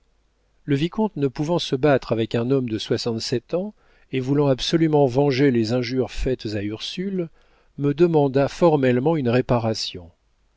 le vicomte ne pouvant se battre avec un homme de soixante-sept ans et voulant absolument venger les injures faites à ursule me demanda formellement une réparation